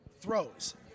throws